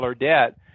debt